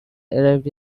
arrived